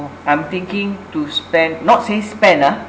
I'm thinking to spend not say spend ah